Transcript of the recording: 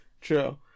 True